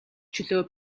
чөлөө